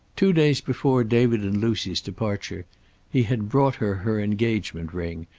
two days before david and lucy's departure he had brought her her engagement ring,